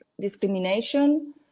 discrimination